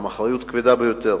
שזו אחריות כבדה ביותר.